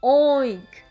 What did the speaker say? oink